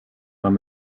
man